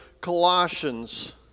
Colossians